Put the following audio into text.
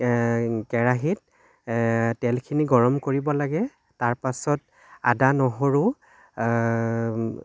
কেৰাহীত তেলখিনি গৰম কৰিব লাগে তাৰপাছত আদা নহৰু